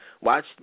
watch